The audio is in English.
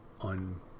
on